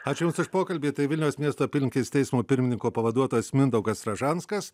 aš jums už pokalbį tai vilniaus miesto apylinkės teismo pirmininko pavaduotojas mindaugas ražanskas